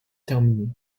terminée